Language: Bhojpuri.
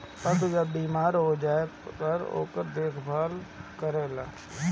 पशु जब बेमार पड़ जाए त इ सब ओकर देखभाल करेल